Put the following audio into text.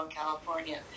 California